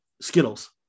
Skittles